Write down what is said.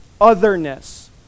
otherness